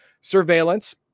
Surveillance